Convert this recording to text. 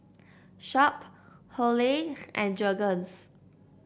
Sharp Hurley and Jergens